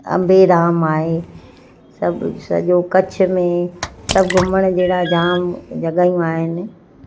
अम्बेराम आहे सभु सॼो कच्छ में सभु घुमण जहिड़ा जाम जॻहयूं आहिनि